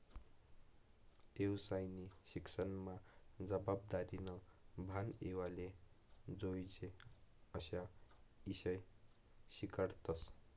येवसायना शिक्सनमा जबाबदारीनं भान येवाले जोयजे अशा ईषय शिकाडतस